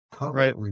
Right